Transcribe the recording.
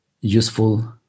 useful